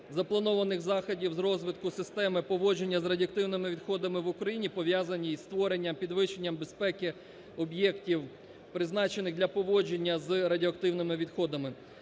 запланованих заходів з розвитку системи поводження з радіоактивними відходами в Україні, пов'язані із створенням підвищенням безпеки об'єктів, призначених для поводження з радіоактивними відходами.